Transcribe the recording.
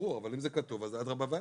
ברור, אבל אם זה כתוב אז אדרבה ואדרבה.